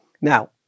Now